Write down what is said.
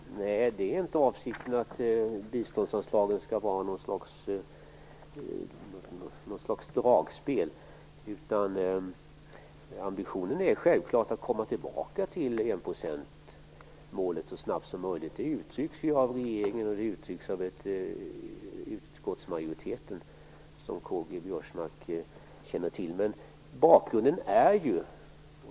Herr talman! Nej, det är inte meningen att biståndsanslagen skall vara något slags dragspel. Ambitionen är självfallet att komma tillbaka till enprocentsmålet så snabbt som möjligt. Det uttrycks ju av regeringen och av utskottsmajoriteten, vilket K-G Biörsmark känner till.